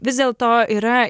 vis dėlto yra